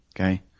Okay